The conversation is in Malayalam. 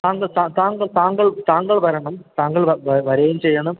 താങ്കൾ സ താങ്കൾ താങ്കൾ താങ്കൾ വരണം താങ്കൾ വരൂവേം ചെയ്യണം